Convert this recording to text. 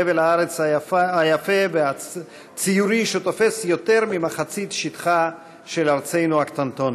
חבל הארץ היפה והציורי שתופס יותר ממחצית שטחה של ארצנו הקטנטונת.